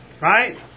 Right